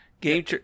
Game